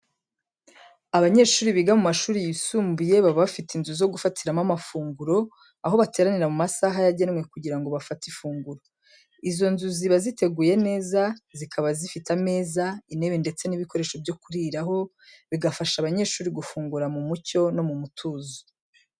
Abanyeshuri biga mu mashuri yisumbuye, baba bafite inzu zo gufatiramo amafunguro, aho bateranira mu masaha yagenwe kugira ngo bafate ifunguro. Izo nzu ziba ziteguye neza, zikaba zifite ameza, intebe ndetse n'ibikoresho byo kuriraho, bigafasha abanyeshuri gufungura mu mucyo no mu mutuzo.